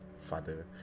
father